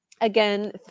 again